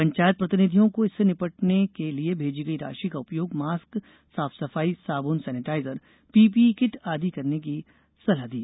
पंचायत प्रतिनिधियों को इससे निपटने के लिए भेजी गयी राशि का उपयोग मास्क साफ सफाई साबुन सेनेटाइजर पीपीई किट आदि करने की सलाह दी